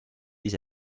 ise